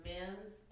Men's